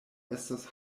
estas